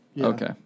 Okay